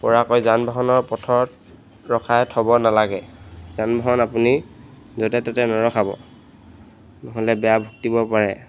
পৰাকৈ যান বাহনৰ পথত ৰখাই থ'ব নালাগে যান বাহন আপুনি য'তে ত'তে নৰখাব নহ'লে বেয়া ভুগিব পাৰে